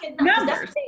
Numbers